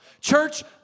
Church